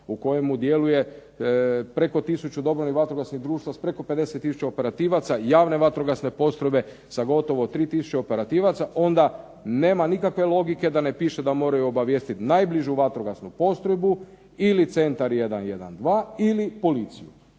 u kojemu djeluje preko tisuću dobrovoljnih vatrogasnih društava, s preko 50 tisuća operativaca, javne vatrogasne postrojbe sa gotovo 3 tisuće operativaca, onda nema nikakve logike da ne piše da moraju obavijestiti najbližu vatrogasnu postrojbu, ili centar 112 ili policiju.